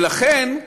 ולכן,